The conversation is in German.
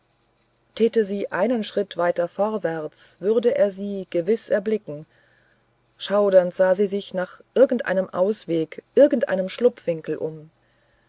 täte sie einen schritt weiter vorwärts würde er sie gewiß erblicken schaudernd sah sie sich nach irgendeinem ausweg irgendeinem schlupfwinkel um